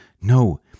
No